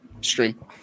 stream